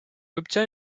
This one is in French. obtient